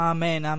Amen